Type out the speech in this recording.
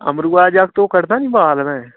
अमरुया दा जागत ओह् कटदा नी बाल भैंऽ